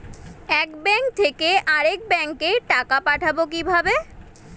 এক ব্যাংক থেকে আরেক ব্যাংকে টাকা পাঠাবো কিভাবে?